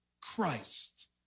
Christ